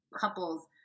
couples